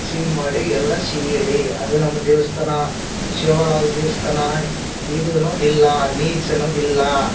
ಸಿಹಿ ಮಾಡಿ ಎಲ್ಲ ಸಿಹಿ ಇಡಿ ಅದು ನಮ್ಮ ದೇವ್ಸ್ಥಾನ ಶಿವಾಲಾಲ್ ದೇವ್ಸ್ಥಾನ ಇದು ಅನ್ನೋದು ಇಲ್ಲ ನೀಚ ಅನ್ನೋದು ಇಲ್ಲ